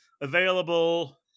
Available